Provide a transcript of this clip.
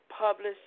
published